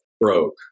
Broke